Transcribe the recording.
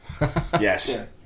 Yes